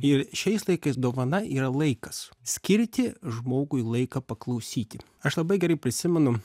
ir šiais laikais dovana yra laikas skirti žmogui laiką paklausyti aš labai gerai prisimenu